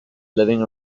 living